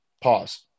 Pause